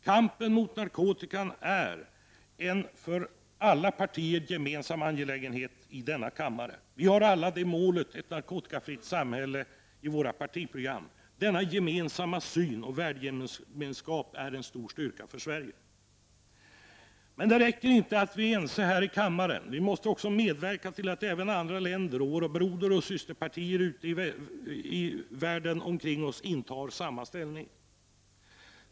Kampen mot narkotikan är en för alla partier gemensam angelägenhet — vi har alla målet ett narkotikafritt samhälle i våra partiprogram. Denna gemensamma syn och värdegemenskap är en stor styrka för Sverige. Men det räcker inte att vi är ense här i kammaren. Vi måste också medverka till att även andra länder och våra broderoch systerpartier ute i världen omkring oss intar samma ställning.